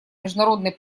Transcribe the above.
международной